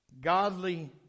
Godly